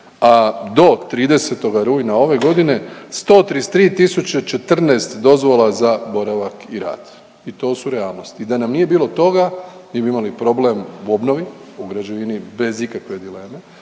a do 30. rujna ove godine 133.014 dozvola za boravak i rad i to su realnosti i da nam nije bilo toga mi bi imali problem u obnovi, u građevini bez ikakve dileme,